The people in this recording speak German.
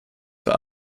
für